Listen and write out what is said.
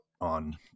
on